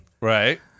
Right